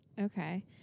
Okay